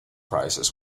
prices